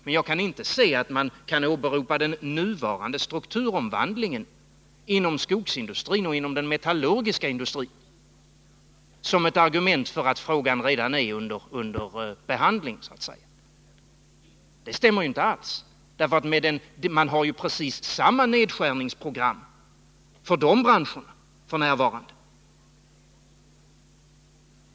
Men jag kan inte se att man kan åberopa den nuvarande strukturomvandlingen inom skogsindustrin och inom den metallurgiska industrin som ett argument för att frågan redan är under behandling. Det stämmer inte alls, därför att man har ju f.n. precis samma nedskärningsprogram för de branscherna.